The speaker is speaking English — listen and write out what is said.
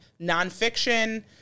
nonfiction